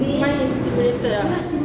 mind is stimulated ah